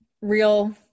real